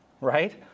Right